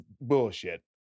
bullshit